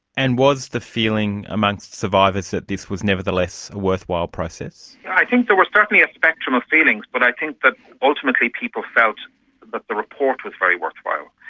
and was the feeling amongst survivors that this was nevertheless a worthwhile process? i think there was certainly a spectrum of feelings, but i think that ultimately people felt that the report was very worthwhile.